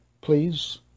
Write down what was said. Please